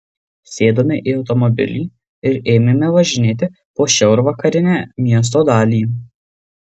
sėdome į automobilį ir ėmėme važinėti po šiaurvakarinę miesto dalį